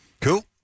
Cool